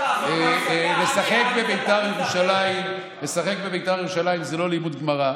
לשחק בבית"ר ירושלים זה לא לימוד גמרא,